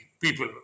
people